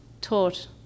taught